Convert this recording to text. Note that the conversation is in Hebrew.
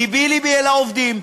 לב-לבי על העובדים.